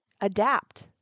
adapt